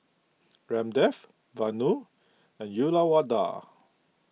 Ramdev Vanu and Uyyalawada